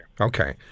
Okay